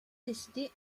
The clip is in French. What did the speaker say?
décidé